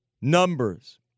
numbers